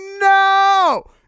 no